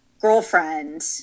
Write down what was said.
girlfriend